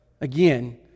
again